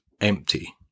empty